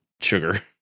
sugar